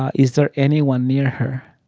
ah is there anyone near her